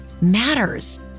matters